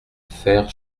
fère